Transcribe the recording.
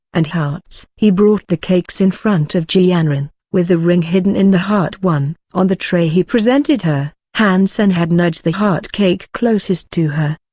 and hearts. he brought the cakes in front of ji yanran, with the ring hidden in the heart one. on the tray he presented her, han sen had nudged the heart cake closest to her.